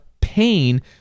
pain